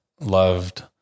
loved